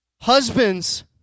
Husbands